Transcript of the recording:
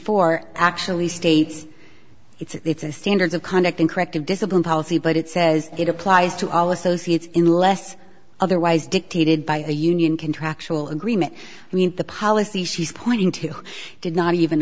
four actually states it's a standards of conduct in corrective discipline policy but it says it applies to all associates in less otherwise dictated by a union contractual agreement means the policy she's pointing to did not even